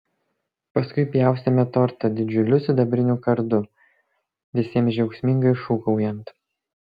paskui pjaustėme tortą didžiuliu sidabriniu kardu visiems džiaugsmingai šūkaujant